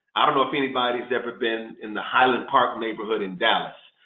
i don't know if anybody has ever been in the highland park neighborhood in dallas.